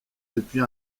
depuis